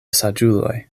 saĝuloj